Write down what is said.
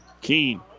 Keen